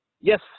Yes